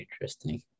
Interesting